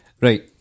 Right